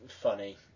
funny